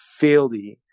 Fieldy